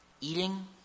eating